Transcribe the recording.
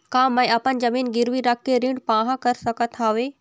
का मैं अपन जमीन गिरवी रख के ऋण पाहां कर सकत हावे?